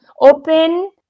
open